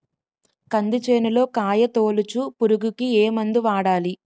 కంది చేనులో కాయతోలుచు పురుగుకి ఏ మందు వాడాలి?